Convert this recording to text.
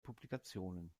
publikationen